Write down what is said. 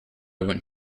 went